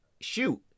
shoot